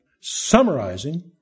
summarizing